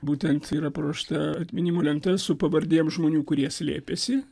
būtent yra paruošta atminimo lenta su pavardėm žmonių kurie slėpėsi